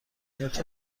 نرخ